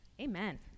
Amen